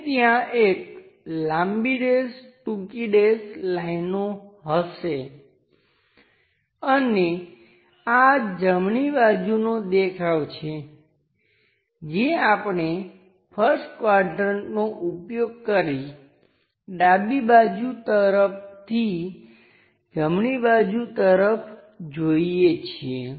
અને ત્યાં એક લાંબી ડેશ ટૂંકી ડેશ લાઈનો હશે અને આ જમણી બાજુનો દેખાવ છે જે આપણે 1st ક્વાડ્રંટનો ઉપયોગ કરી ડાબી બાજું તરફથી જમણી બાજુ તરફ જોઈએ છીએ